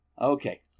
Okay